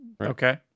Okay